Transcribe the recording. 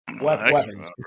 weapons